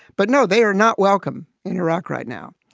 but no, they are not welcome in iraq right now.